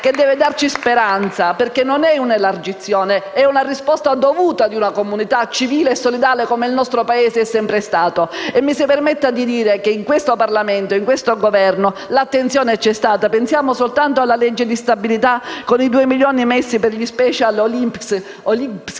che deve darci speranza perché non è un'elargizione, ma una risposta dovuta di una comunità civile e solidale come il nostro Paese è sempre stato. In questo Parlamento e in questo Governo l'attenzione c'è stata. Pensiamo soltanto alla legge di stabilità che ha stanziato 2 milioni di euro per le special Olympics